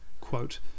quote